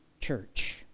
church